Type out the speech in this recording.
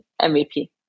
MVP